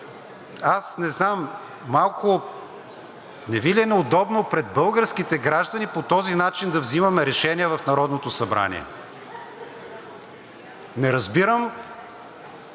Аз не знам малко не Ви ли е неудобно пред българските граждани по този начин да взимаме решения в Народното събрание? Не разбирам